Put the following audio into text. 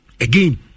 again